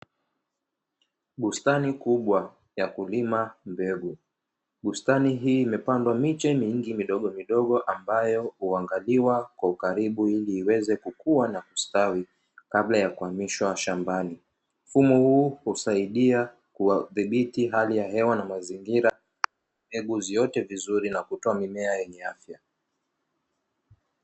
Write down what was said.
Bustani kubwa ya kulima mbegu. Bustani hii imepandwa miche midogomidogo ambayo huangaliwa kwa ukaribu ili iweze kukua na kustawi kabla ya kuhamishwa shambani. Mfumo huu husaidia kudhibiti hali ya hewa na mazingira, mbegu ziote vizuri na kutoa mimea yenye afya.